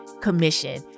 Commission